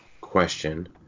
question